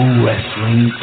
wrestling